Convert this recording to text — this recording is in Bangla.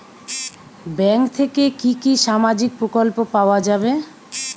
ব্যাঙ্ক থেকে কি কি সামাজিক প্রকল্প পাওয়া যাবে?